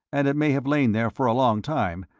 and it may have lain there for a long time,